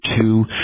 two